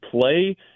play